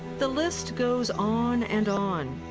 the list goes on and on.